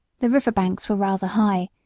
the river banks were rather high,